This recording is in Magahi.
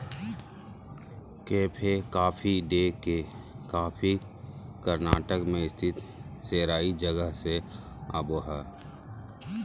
कैफे कॉफी डे के कॉफी कर्नाटक मे स्थित सेराई जगह से आवो हय